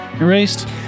erased